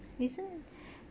this [one]